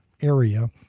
area